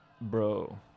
Bro